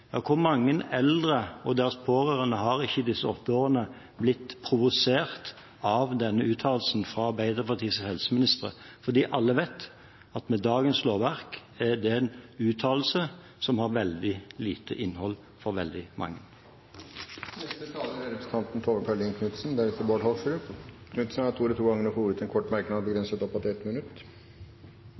Ja, hvor mange eldre og deres pårørende har ikke i disse åtte årene blitt provosert av denne uttalelsen fra Arbeiderpartiets helseministre? For alle vet at med dagens lovverk er det en uttalelse som har veldig lite innhold for veldig mange. Representanten Tove Karoline Knutsen har hatt ordet to ganger tidligere og får ordet til en kort merknad, begrenset til 1 minutt.